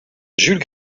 jules